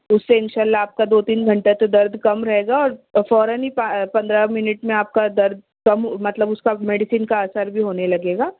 اُس سے اِنشاء اللہ آپ کا دو تین گھنٹہ تو درد کم رہے گا اور فورناً ہی پندرہ منٹ میں آپ کا درد کم مطلب اُس کا میڈیسن کا اثر بھی ہونے لگے گا